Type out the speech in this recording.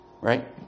Right